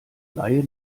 laie